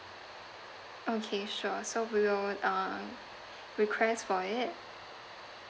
okay sure so we will uh request for it